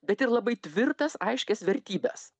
bet ir labai tvirtas aiškias vertybes